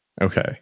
okay